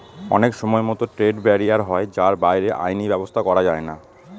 অনেক সময়তো trade barrier হয় যার বাইরে আইনি ব্যাবস্থা করা যায়না